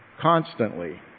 constantly